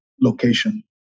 location